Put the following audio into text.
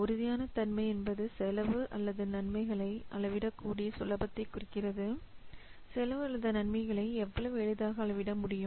உறுதியான தன்மை என்பது செலவு அல்லது நன்மைகளை அளவிடக்கூடிய சுலபத்தைக் குறிக்கிறது செலவு அல்லது நன்மைகளை எவ்வளவு எளிதாக அளவிட முடியும்